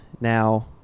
Now